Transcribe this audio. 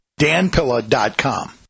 danpilla.com